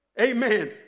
Amen